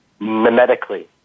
mimetically